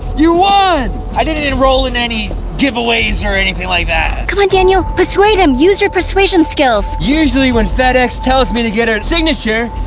you won! i didn't enroll in any giveaways, or anything like that. come on, daniel. persuade him, use your persuasion skills. usually, when fedex tells me to get a and signature,